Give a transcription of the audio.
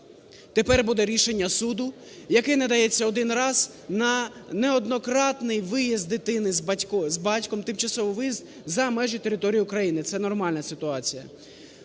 Тепер буде рішення суду, яке надається один раз на неоднократний виїзд дитини з батьком (тимчасовий виїзд) за межі території України. Це нормальна ситуація.